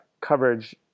coverage